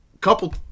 couple